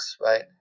right